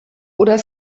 oder